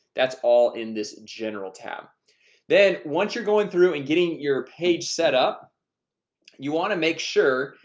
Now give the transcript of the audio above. that's all in this general tab then once you're going through and getting your page set up you want to make sure?